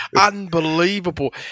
Unbelievable